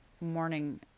morning